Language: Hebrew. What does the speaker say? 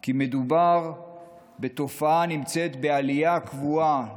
כי מדובר בתופעה הנמצאת בעלייה קבועה,